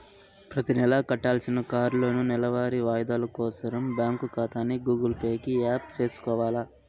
ప్రతినెలా కట్టాల్సిన కార్లోనూ, నెలవారీ వాయిదాలు కోసరం బ్యాంకు కాతాని గూగుల్ పే కి యాప్ సేసుకొవాల